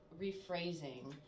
rephrasing